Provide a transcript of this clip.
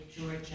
Georgia